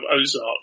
Ozark